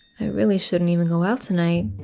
i really shouldn't even go out tonight.